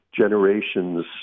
generations